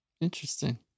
Interesting